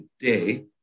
today